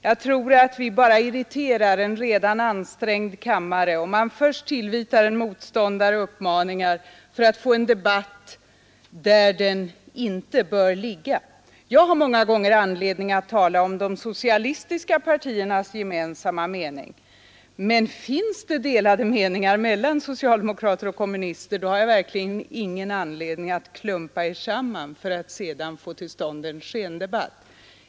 Man irriterar bara en redan ansträngd kammare, om man tillvitar en motståndare beskyllningar för att få en debatt där den inte bör ligga. Jag har många gånger anledning att tala om de icke-socialistiska partiernas gemensamma uppfattning, men om det finns delade meningar mellan socialdemokrater och kommunister, så har jag verkligen ingen anledning att klumpa er tillsammans för att få till stånd en skendebatt.